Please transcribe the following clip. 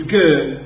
good